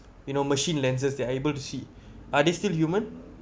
you know machine lenses they're are able to see are they still human